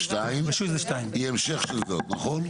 ישיבה ב-14:00, והיא המשך של זאת, נכון?